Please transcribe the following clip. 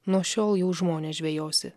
nuo šiol jau žmones žvejosi